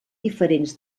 diferents